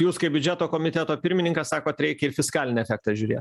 jūs kaip biudžeto komiteto pirmininkas sakot reikia ir fiskalinį efektą žiūrėt